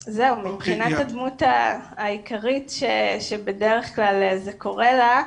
מבחינת הדמות העיקרית שבדרך כלל זה קורה לה,